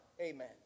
Amen